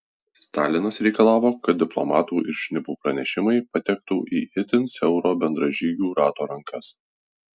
stalinas reikalavo kad diplomatų ir šnipų pranešimai patektų į itin siauro bendražygių rato rankas